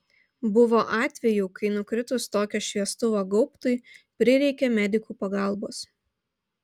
buvo atvejų kai nukritus tokio šviestuvo gaubtui prireikė medikų pagalbos